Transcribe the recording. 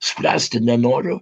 spręsti nenoriu